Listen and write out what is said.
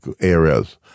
areas